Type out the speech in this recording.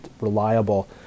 reliable